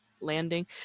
landing